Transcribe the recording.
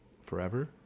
forever